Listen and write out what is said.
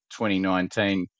2019